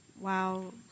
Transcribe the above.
wow